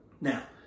Now